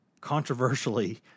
controversially